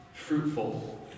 Fruitful